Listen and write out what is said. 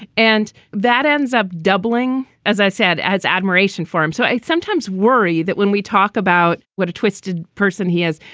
and that ends up doubling, as i said, as admiration for him. so i sometimes worry that when we talk about what a twisted person he is,